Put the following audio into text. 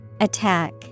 Attack